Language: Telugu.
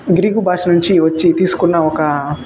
గ్రీకు భాష నుంచి వచ్చి తీసుకున్న ఒక